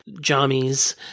jammies